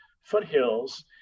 foothills